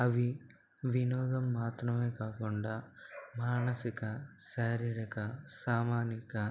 అవి వినోదం మాత్రమే కాకుండా మానసిక శారీరక సామాజిక